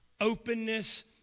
openness